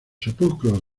sepulcros